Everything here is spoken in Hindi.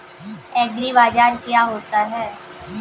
एग्रीबाजार क्या होता है?